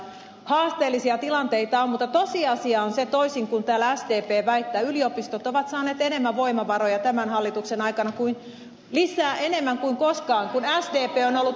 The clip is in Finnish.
haasteellisia tilanteita on mutta tosiasia on se toisin kuin täällä sdp väittää että yliopistot ovat saaneet voimavaroja tämän hallituksen aikana lisää enemmän kuin koskaan kun sdp on ollut hallituksessa